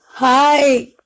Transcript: Hi